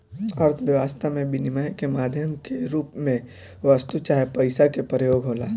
अर्थव्यस्था में बिनिमय के माध्यम के रूप में वस्तु चाहे पईसा के प्रयोग होला